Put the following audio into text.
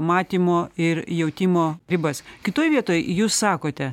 matymo ir jautimo ribas kitoj vietoj jūs sakote